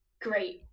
great